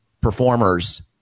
performers